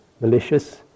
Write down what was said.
malicious